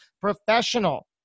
professional